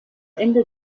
ende